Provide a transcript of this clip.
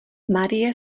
marie